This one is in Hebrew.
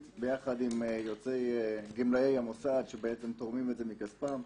יחד עם גמלאי המוסד שתורמים את זה מכספם.